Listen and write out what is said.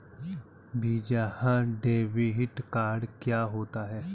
Visa debit card क्या होता है?